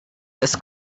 this